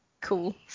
Cool